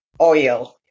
oil